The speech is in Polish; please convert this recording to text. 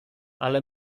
ale